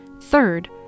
Third